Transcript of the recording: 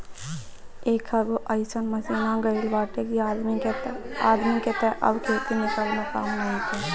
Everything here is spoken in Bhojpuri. एकहगो अइसन मशीन आ गईल बाटे कि आदमी के तअ अब खेती में कवनो कामे नइखे